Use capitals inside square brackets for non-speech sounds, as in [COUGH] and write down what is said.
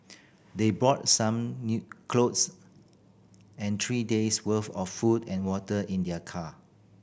they brought some [UNINTELLIGIBLE] clothes and three days' worth of food and water in their car